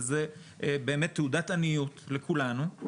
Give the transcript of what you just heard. וזה באמת תעודת עניות לכולנו,